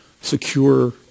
secure